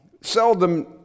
Seldom